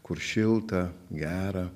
kur šilta gera